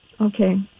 Okay